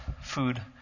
food